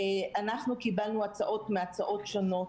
קיבלנו הצעות מהצעות שונות,